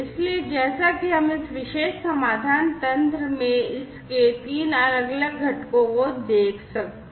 इसलिए जैसा कि हम इस विशेष समाधान तंत्र में इसके 3 अलग अलग घटकों को देख सकते हैं